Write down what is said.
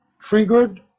triggered